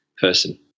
person